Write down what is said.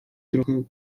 trochę